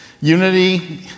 Unity